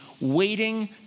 waiting